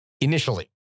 Initially